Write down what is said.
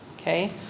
Okay